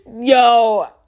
Yo